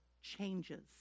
changes